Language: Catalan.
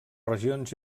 regions